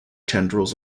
tendrils